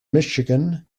michigan